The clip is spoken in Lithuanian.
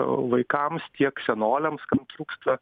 vaikams tiek senoliams kam trūksta